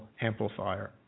amplifier